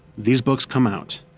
these books come out.